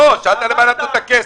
לא, שאלת למה נתנו את הכסף.